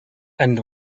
and